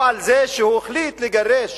או על זה שהוא החליט לגרש